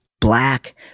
black